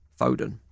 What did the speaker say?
Foden